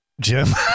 Jim